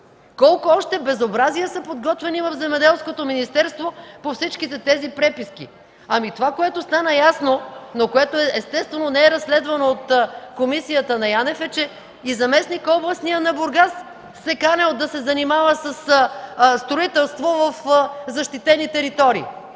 Колко още безобразия са подготвени в Земеделското министерство по всички тези преписки? Ами това, което стана ясно, но което естествено не е разследвано от Комисията на Янев, е, че и заместник-областният на Бургас се канел да се занимава със строителство в защитени територии.